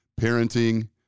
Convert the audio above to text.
parenting